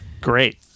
Great